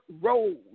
road